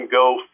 go